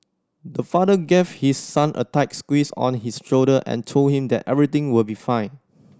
the father gave his son a tight squeeze on his shoulder and told him that everything will be fine